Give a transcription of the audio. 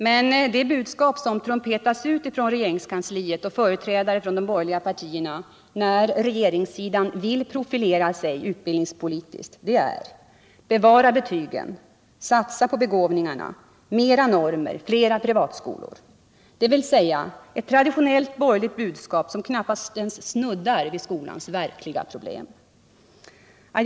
Men budskapet som trumpetas ut från regeringskansliet och av företrädare för de borgerliga partierna, när regeringssidan vill profilera sig utbildningspolitiskt, lyder: bevara betygen, satsa på begåvningarna, mer normer, fler privatskolor — dvs. ett traditionellt borgerligt budskap som knappast ens snuddar vid skolans verkliga problem.